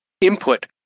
input